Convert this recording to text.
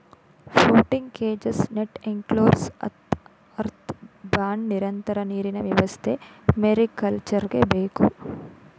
floating cages, net enclosures, earth pond, ನಿರಂತರ ನೀರಿನ ವ್ಯವಸ್ಥೆ ಮೇರಿಕಲ್ಚರ್ಗೆ ಬೇಕು